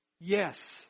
Yes